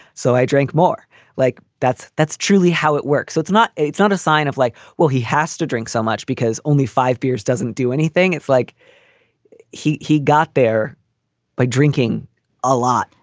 so i drank more like that's that's truly how it works. so it's not it's not a sign of like, well, he has to drink so much because only five beers doesn't do anything. it's like he he got there by drinking a lot.